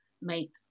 make